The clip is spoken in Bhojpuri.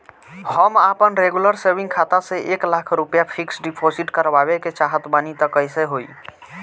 हम आपन रेगुलर सेविंग खाता से एक लाख रुपया फिक्स डिपॉज़िट करवावे के चाहत बानी त कैसे होई?